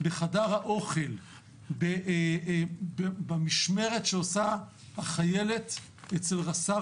בחדר האוכל, במשמרת שעושה החיילת אצל רס"ר